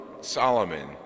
Solomon